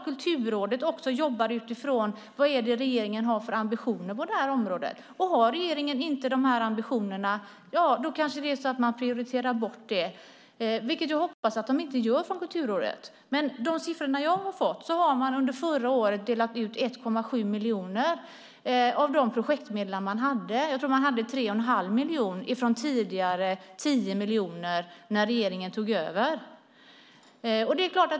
Kulturrådet jobbar utifrån vad regeringen har för ambitioner på området. Har regeringen inte de här ambitionerna prioriterar man kanske bort det, vilket jag hoppas att Kulturrådet inte gör. Enligt de siffror jag har fått delade man under förra året ut 1,7 miljoner av de projektmedel som fanns. Jag tror att man hade 3 1⁄2 miljon. Det fanns 10 miljoner när den nuvarande regeringen tog över.